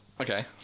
okay